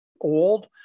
old